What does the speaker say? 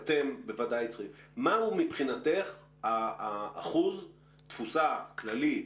אתם בוודאי צריכים מהו מבחינתך אחוז תפוסה כללית,